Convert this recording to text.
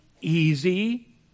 easy